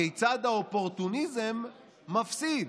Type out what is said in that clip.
כיצד האופורטוניזם מפסיד.